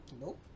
Nope